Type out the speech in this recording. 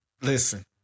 listen